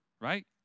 Right